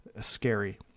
scary